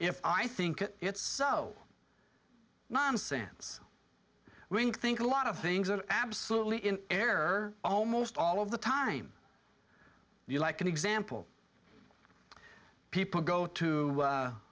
if i think it it's so nonsense wing think a lot of things are absolutely in error almost all of the time you like an example people go to